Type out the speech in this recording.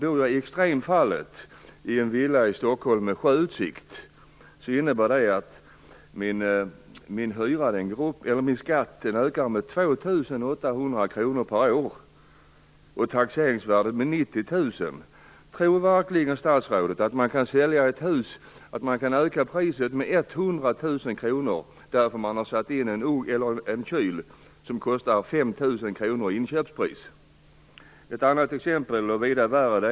Bor jag däremot, så är det i extremfallet, i Stockholm i en villa med sjöutsikt ökar min skatt med 2 800 kr per år och taxeringsvärdet med 90 000 kr. Tror statsrådet verkligen att det går att öka priset på ett hus med 100 000 kr därför att man satt in en kyl, för vilken inköpspriset är 5 000 kr? Ett vida värre exempel är följande.